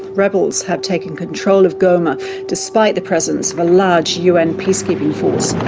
rebels have taken control of goma despite the presence of a large un peacekeeping force.